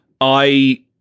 I-